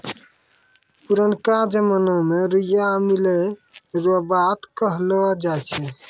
पुरनका जमाना मे रुइया मिलै रो बात कहलौ जाय छै